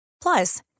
Plus